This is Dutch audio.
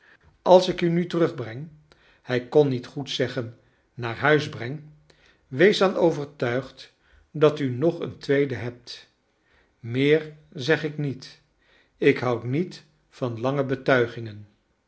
als ik u nu terugbreng hij kon niet goed zeggen naar huis breng wees dan overtuigd dat u nog een tweede hebt meer zeg ik niet ik houd niet van lange betuigingen